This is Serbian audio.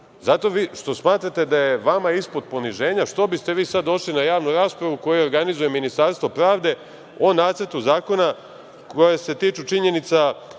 što vi smatrate da je vama ispod poniženja. Što bi ste vi sada došli na javnu raspravu koju organizuje Ministarstvo pravde, o Nacrtu zakona kojeg se tiču činjenica,